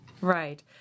Right